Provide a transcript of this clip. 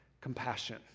compassion